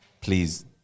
please